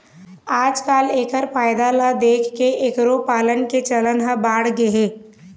आजकाल एखर फायदा ल देखके एखरो पालन के चलन ह बाढ़गे हे